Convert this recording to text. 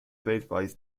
weltweit